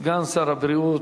סגן שר הבריאות,